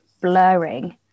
blurring